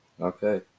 okay